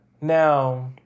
Now